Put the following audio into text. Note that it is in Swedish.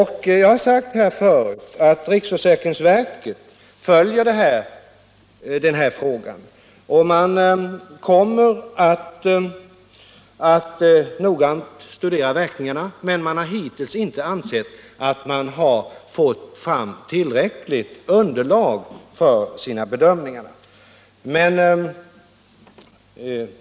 Jag har redan sagt att riksförsäkringsverket följer den här frågan. Man kommer att noggrant studera verkningarna, men man har hittills inte ansett att man fått fram tillräckligt underlag för sina bedömningar.